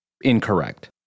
incorrect